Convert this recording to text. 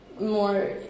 more